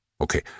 Okay